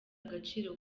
agaciro